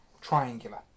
triangular